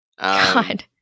God